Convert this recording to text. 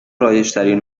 رایجترین